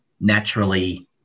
naturally